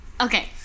okay